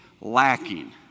lacking